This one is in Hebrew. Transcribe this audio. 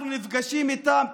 אנחנו נפגשים איתם,